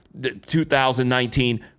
2019